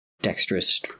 dexterous